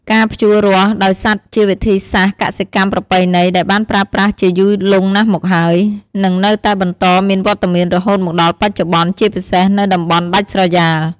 ការភ្ជូររាស់ដោយសត្វជាវិធីសាស្រ្តកសិកម្មប្រពៃណីដែលបានប្រើប្រាស់ជាយូរលង់ណាស់មកហើយ និងនៅតែបន្តមានវត្តមានរហូតមកដល់បច្ចុប្បន្ន ជាពិសេសនៅតំបន់ដាច់ស្រយាល។